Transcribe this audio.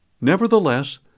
Nevertheless